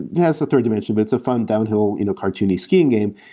it has a third dimension, but it's a fun downhill you know cartoony skiing game.